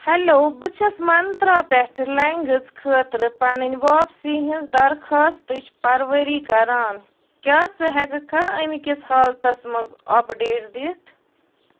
hello بہٕ چھَس مَنترٛا پٮ۪ٹھٕ لٮ۪نٛگٕز خٲطرٕ پنٛنٕۍ واپسی ہِنٛز درخواستٕچ پرؤری کران کیٛاہ ژٕ ہٮ۪کہٕ کھا اَمہِ کِس حالتس منٛز اَپڈیٹ دِتھ